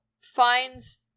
finds